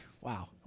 wow